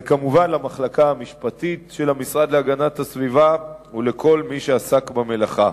וכמובן למחלקה המשפטית של המשרד להגנת הסביבה ולכל מי שעסק במלאכה.